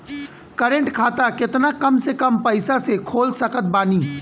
Current खाता केतना कम से कम पईसा से खोल सकत बानी?